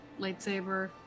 lightsaber